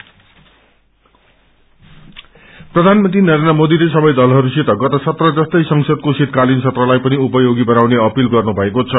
PM session प्रषानमंत्री नरेन्द्र मोदीले सबै दलहरूसित गत वत्र जस्तै संसदक्षे शीतक्रालिन सत्रलाई पनि उपयोगी बनाउने दपील गर्नु भएको छ